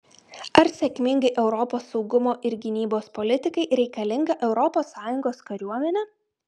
ar sėkmingai europos saugumo ir gynybos politikai reikalinga europos sąjungos kariuomenė